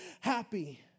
happy